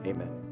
Amen